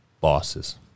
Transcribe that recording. bosses